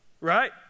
Right